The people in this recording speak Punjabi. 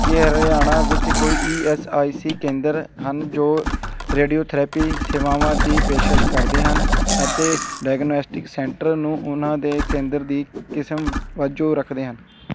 ਕੀ ਹਰਿਆਣਾ ਵਿੱਚ ਕੋਈ ਈ ਐਂਸ ਆਈ ਸੀ ਕੇਂਦਰ ਹਨ ਜੋ ਰੇਡੀਓਥੈਰੇਪੀ ਸੇਵਾਵਾਂ ਦੀ ਪੇਸ਼ਕਸ਼ ਕਰਦੇ ਹਨ ਅਤੇ ਡਾਇਗਨੌਸਟਿਕ ਸੈਂਟਰ ਨੂੰ ਉਹਨਾਂ ਦੇ ਕੇਂਦਰ ਦੀ ਕਿਸਮ ਵਜੋਂ ਰੱਖਦੇ ਹਨ